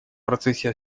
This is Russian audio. процессе